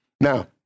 Now